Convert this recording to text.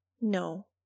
No